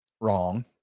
Wrong